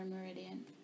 meridian